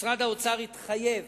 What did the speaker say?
משרד האוצר יתחייב